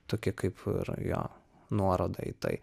tokia kaip ir jo nuoroda į tai